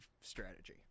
strategy